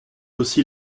aussi